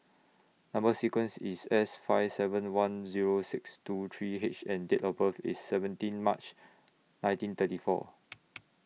Number sequence IS S five seven one Zero six two three H and Date of birth IS seventeen March nineteen thirty four